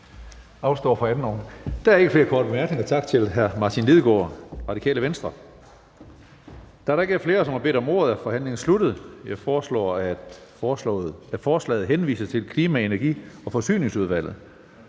korte bemærkning. Der er ikke flere korte bemærkninger. Tak til hr. Martin Lidegaard, Radikale Venstre. Da der ikke er flere, som har bedt om ordet, er forhandlingen sluttet. Jeg foreslår, at forslaget henvises til Klima-, Energi- og Forsyningsudvalget.